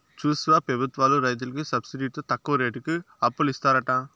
చూస్తివా పెబుత్వాలు రైతులకి సబ్సిడితో తక్కువ రేటుకి అప్పులిత్తారట